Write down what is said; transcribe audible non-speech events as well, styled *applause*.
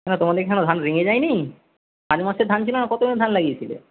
কেন তোমাদের কি এখনও ধান *unintelligible* যায়নি *unintelligible* মাসে ধান ছিল না কতো *unintelligible* ধান লাগিয়েছিলে